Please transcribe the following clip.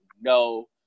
no